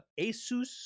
Asus